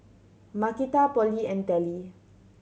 Markita Polly and Telly